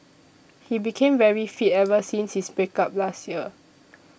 he became very fit ever since his break up last year